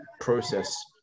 process